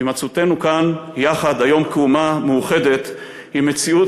והימצאותנו כאן יחד היום כאומה מאוחדת היא מציאות